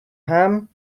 ham